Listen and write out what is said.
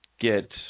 get